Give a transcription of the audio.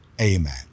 amen